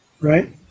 right